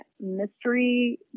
mystery